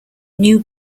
new